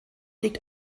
liegt